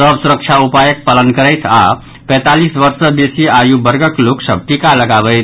सभ सुरक्षा उपायक पालन करथि आ पैंतालीस वर्ष सँ बेसी आयु वर्गक लोक सभ टीका लगबावथि